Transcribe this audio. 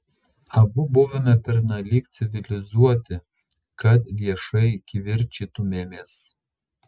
abu buvome pernelyg civilizuoti kad viešai kivirčytumėmės